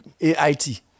AIT